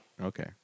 Okay